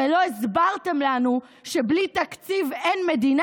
הרי לא הסברתם לנו שבלי תקציב אין מדינה?